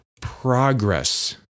progress